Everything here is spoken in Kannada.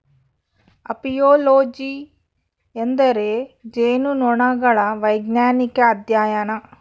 ಅಪಿಯೊಲೊಜಿ ಎಂದರೆ ಜೇನುನೊಣಗಳ ವೈಜ್ಞಾನಿಕ ಅಧ್ಯಯನ